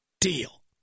deal